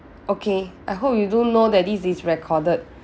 okay I hope you do know that this is recorded